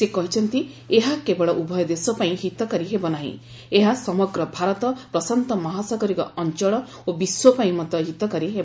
ସେ କହିଛନ୍ତି ଏହା କେବଳ ଉଭୟ ଦେଶ ପାଇଁ ହିତକାରୀ ହେବ ନାହିଁ ଏହା ସମଗ୍ର ଭାରତ ପ୍ରଶାନ୍ତମହାସାଗରୀୟ ଅଞ୍ଚଳ ଓ ବିଶ୍ୱ ପାଇଁ ମଧ୍ୟ ହିତକାରୀ ହେବ